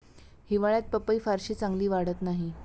हिवाळ्यात पपई फारशी चांगली वाढत नाही